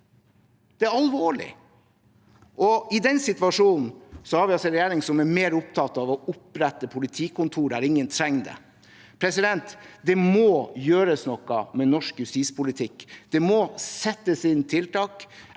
Det er alvorlig, og i den situasjonen har vi altså en regjering som er mer opptatt av å opprette politikontor der ingen trenger det. Det må gjøres noe med norsk justispolitikk. Det må settes inn tiltak